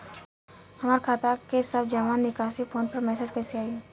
हमार खाता के सब जमा निकासी फोन पर मैसेज कैसे आई?